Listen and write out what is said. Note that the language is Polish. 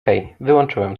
wyłączyłem